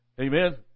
Amen